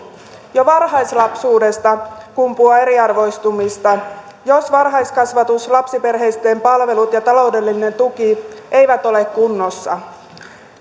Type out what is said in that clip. jo varhaislapsuudesta kumpuaa eriarvoistumista jos varhaiskasvatus ja lapsiperheitten palvelut ja taloudellinen tuki eivät ole kunnossa